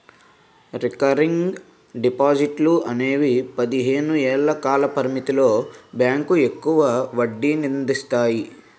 recurring డిపాజిట్లు అనేవి పదిహేను ఏళ్ల కాల పరిమితితో బ్యాంకులు ఎక్కువ వడ్డీనందిస్తాయి